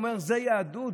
הוא אמר: זו יהדות?